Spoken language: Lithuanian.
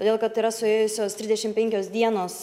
todėl kad yra suėjusios trisdešimt penkios dienos